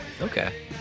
Okay